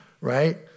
Right